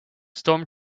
storm